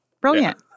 Brilliant